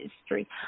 history